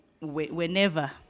whenever